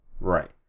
Right